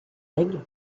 règles